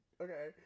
Okay